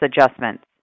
adjustments